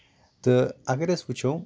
تہٕ اَگر أسۍ وٕچھو